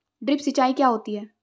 Drip सिंचाई क्या होती हैं?